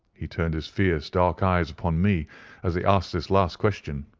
he turned his fierce dark eyes upon me as he asked this last question.